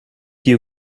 you